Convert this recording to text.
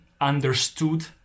understood